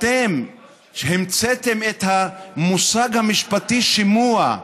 שהמצאתם את המושג המשפטי "שימוע"